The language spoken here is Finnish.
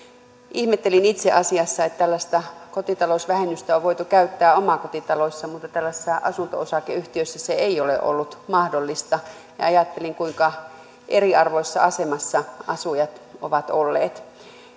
ihmettelin itse asiassa että tällaista kotitalousvähennystä on voitu käyttää omakotitaloissa mutta tällaisissa asunto osakeyhtiöissä se ei ole ollut mahdollista ja ja ajattelin kuinka eriarvoisessa asemassa asujat ovat olleet